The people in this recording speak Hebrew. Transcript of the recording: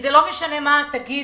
זה לא משנה מה שתגידי,